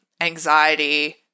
anxiety